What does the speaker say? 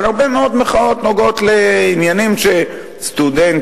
אבל הרבה מאוד מחאות נוגעות לעניינים של סטודנטים,